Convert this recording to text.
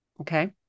Okay